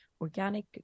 organic